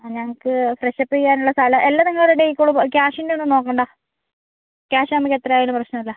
ആ ഞങ്ങൾക്ക് fresh up ചെയ്യാൻ ഉള്ള സ്ഥലം എല്ലാം നിങ്ങൾ റെഡി ആയിക്കോളൂ ക്യാഷിൻ്റെ ഒന്നും നോക്കണ്ട ക്യാഷ് നമ്മൾക്ക് എത്ര ആയാലും പ്രശ്നം ഇല്ല